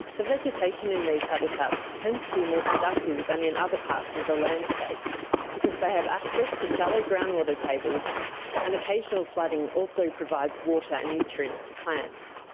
the vegetation in these habitats tends to be more productive than in other parts of the landscape because they have access to shallow groundwater tables and occasional flooding also provides water and nutrients for plants.